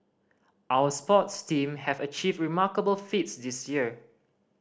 our sports team have achieved remarkable feats this year